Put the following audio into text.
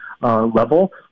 level